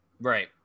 right